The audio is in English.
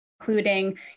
including